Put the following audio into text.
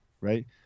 right